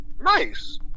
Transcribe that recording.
Nice